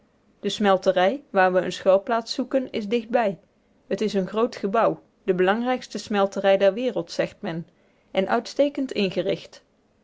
de smelterij waar we eene schuilplaats zoeken is dichtbij het is een groot gebouw de belangrijkste smelterij der wereld zegt men en uitstekend ingericht